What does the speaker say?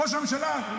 ראש הממשלה?